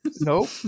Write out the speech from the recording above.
Nope